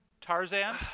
Tarzan